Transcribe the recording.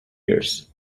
years